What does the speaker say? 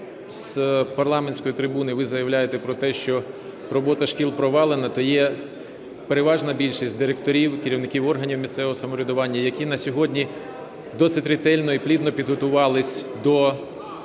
з парламентської трибуни ви заявляєте про те, що робота шкіл провалена, то є переважна більшість директорів, керівників органів місцевого самоврядування, які на сьогодні досить ретельно і плідно підготувались до